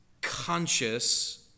conscious